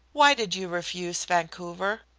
why did you refuse vancouver?